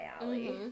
alley